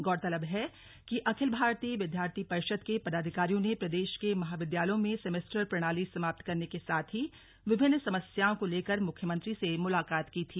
गौरतलब है कि अखिल भारतीय विद्यार्थी परिषद के पदाधिकारियों ने प्रदेश के महाविद्यालयों में सेमेस्टर प्रणाली समाप्त करने के साथ ही विभिन्न समस्याओं को लेकर मुख्यमंत्री से मुलाकात की थी